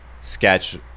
sketch